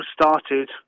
started